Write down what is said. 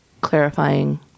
clarifying